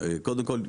קודם כל,